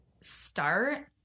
start